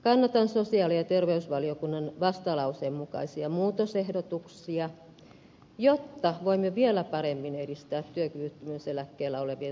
kannatan sosiaali ja terveysvaliokunnan vastalauseen mukaisia muutosehdotuksia jotta voimme vielä paremmin edistää työkyvyttömyyseläkkeellä olevien työllistymistä